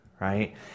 right